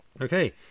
Okay